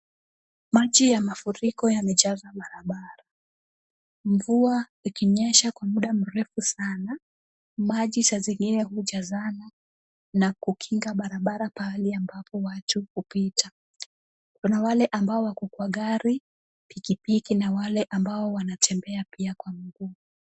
Maji ya mafuriko yamejaza barabara. Mvua ikinyesha kwa muda mrefu sana, maji saa zingine hujazana na kukinga barabara pahali ambapo watu hupita. Kuna wale ambao wako kwa gari, pikipiki na wale ambao wanatembea pia kwa mguu.